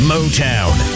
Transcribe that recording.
Motown